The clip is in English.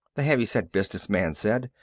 the heavy-set business man said.